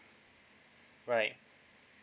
right